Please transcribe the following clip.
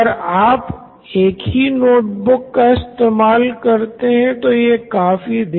हाँ आपने सही कहा अब हमारे पास एक श्रृंखला है